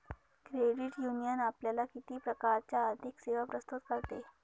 Credit union आपल्याला किती प्रकारच्या आर्थिक सेवा प्रस्तुत करते?